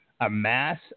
amass